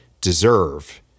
deserve